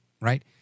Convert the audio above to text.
right